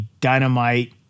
dynamite